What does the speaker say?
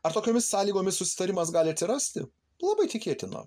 ar tokiomis sąlygomis susitarimas gali atsirasti labai tikėtina